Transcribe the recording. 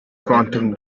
quantum